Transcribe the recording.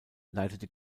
leitete